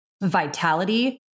vitality